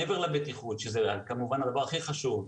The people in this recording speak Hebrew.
מעבר לבטיחות, שזה כמובן הדבר הכי חשוב,